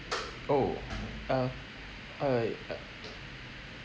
oh uh I uh